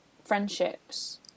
friendships